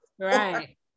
Right